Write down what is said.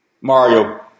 Mario